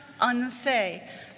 unsay